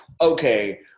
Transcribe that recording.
okay